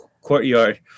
courtyard